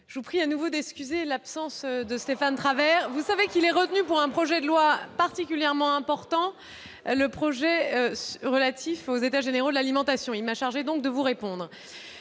je vous prie à nouveau d'excuser l'absence de Stéphane Travert. Il est, vous le savez, retenu par un projet de loi particulièrement important, relatif aux états généraux de l'alimentation et il m'a donc chargé de vous répondre.